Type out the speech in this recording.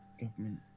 government